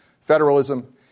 federalism